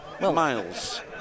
miles